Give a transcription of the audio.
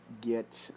get